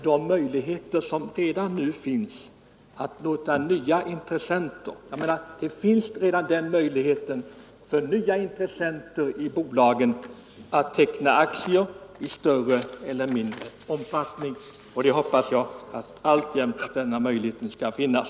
Det finns redan möjligheter för nya intressenter att teckna aktier i större eller mindre omfattning, och jag hoppas att denna möjlighet alltjämt skall finnas.